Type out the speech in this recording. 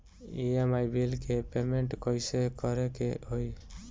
EMI bill के payment कइसे करे के होई?